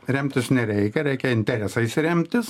remtis nereikia reikia interesais remtis